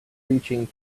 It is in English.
reaching